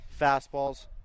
fastballs